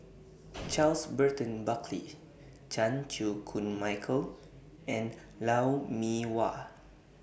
Charles Burton Buckley Chan Chew Koon Michael and Lou Mee Wah